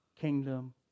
kingdom